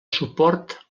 suport